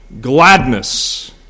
gladness